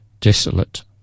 desolate